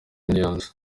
millions